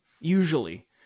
Usually